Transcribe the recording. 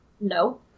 No